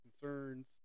concerns